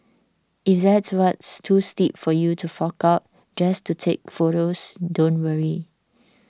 if that's too steep for you to fork out just take photos don't worry